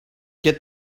get